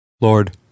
Lord